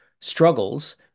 struggles